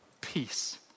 peace